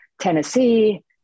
Tennessee